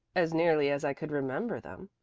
as nearly as i could remember them,